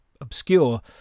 obscure